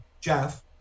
Jeff